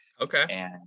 Okay